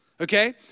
Okay